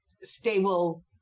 stable